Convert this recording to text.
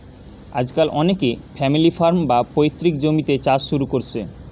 আজকাল অনেকে family farm, বা পৈতৃক জমিতে চাষ শুরু কোরছে